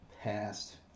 past